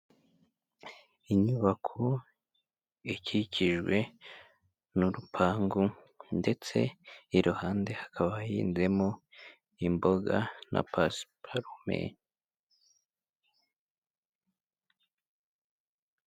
Inyubako ikikijwe n'urupangu, ndetse iruhande hakaba hahinzemo imboga na pasiparume.